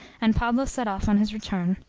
and pablo set off on his return.